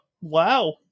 Wow